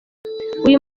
uyu